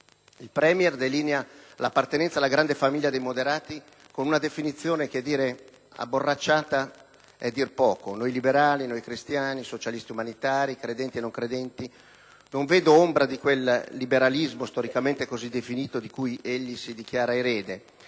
Il *Premier* delinea l'appartenenza alla grande famiglia dei moderati con una espressione che definire abborracciata è dir poco: «Noi liberali, cristiani, socialisti umanitari, credenti e non credenti...». Non vedo ombra di quel liberalismo, storicamente così definito, di cui egli si dichiara erede.